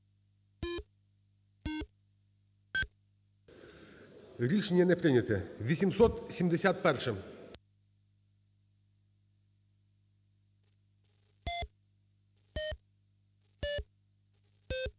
Рішення не прийнято.